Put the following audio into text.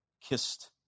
kissed